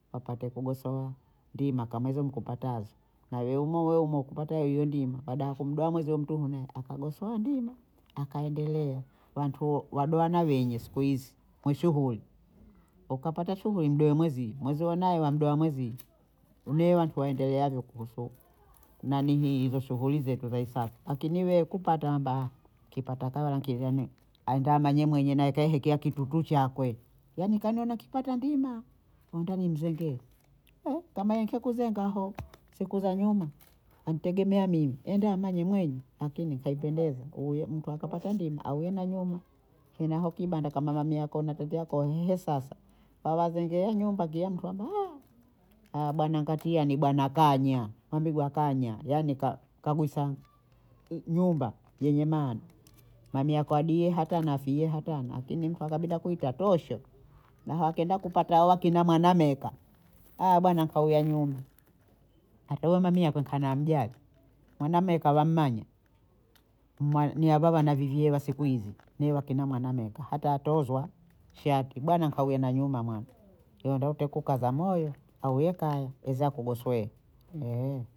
Wapate kugosowa ndima kama hizo nkupatazo, nawe umo weumo kupata hiyo ndima badaha ya kumdoha mwezio mtuune akagosowa ndima akaendelea. wantu wadohana wenye siku hizi ku shughuli, ukapata shughuli mdohe mweziwe mweziwe naye amdohe mwezie, ne wantu waendeleavyo kuhusu nanihii hizo shughuli zetu za hisaka, akini wewe ukupata wamba kipata nkawa nkioni anga mwenyemwenye naekeahekea kitutu chakwe wanikanya nakipata ndima naomba nimzengee kama nkio kuzenga aho siku za nyuma wantegemea mimi enda amanye mwenye, akini kaipendeze huyo mtu akapata ndima awe na nyuma huna aho kibanda wamia ko natokea ko sasa hao wazenge wa nyumba kila mtu ana heya, haya bana kantiana bana kanya hambigwa kanya yaani ka- kagusa nyumba yenye maana na mie kwa hadiye hata nafia hapana akini akabinda kuita tosho na aho akienda kupata hao kina mwana myeka, hawa bana nkauya nyuma, akaona mi akokana mjali naona mme kawa mmami, ni hawa wana vivyee vya siku hizi ne wakina mwana myeka atatozwa shati, bwana nkawiye na nyuma mwana tenda wote kukaza moyo au we kaya weza akugosowe